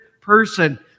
person